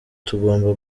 tugomba